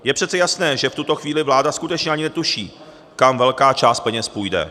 Je přece jasné, že v tuto chvíli vláda skutečně ani netuší, kam velká část peněz půjde.